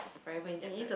forever indebted